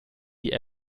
die